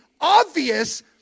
obvious